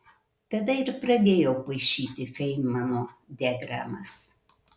tada ir pradėjau paišyti feinmano diagramas